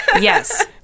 Yes